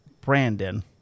Brandon